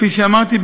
כפי שאמרתי,